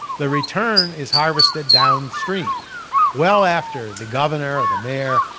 the return is harvested downstream well after the governor or the mayor,